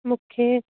मूंखे